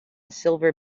silver